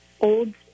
old